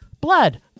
blood